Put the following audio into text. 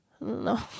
No